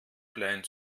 klein